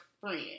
friend